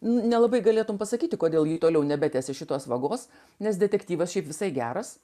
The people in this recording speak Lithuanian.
nelabai galėtumei pasakyti kodėl ji toliau nebetęsė šitos vagos nes detektyvas šiaip visai geras